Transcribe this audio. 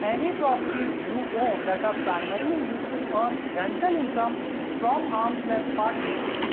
any properties you own that ah primarily used to earn rental income from arm's-length parties.